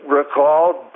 recalled